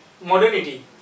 modernity